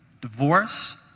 divorce